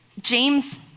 James